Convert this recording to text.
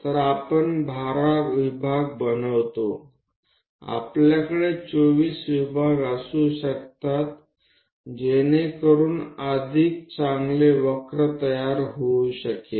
तर आपण 12 विभाग बनवितो आपल्याकडे 24 विभाग असू शकतात जेणेकरून अधिक चांगले वक्र ट्रॅक होऊ शकेल